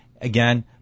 again